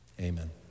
amen